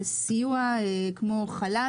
לא דיברה על סיוע כמו חל"ת,